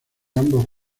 ambos